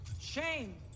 Shame